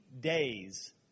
days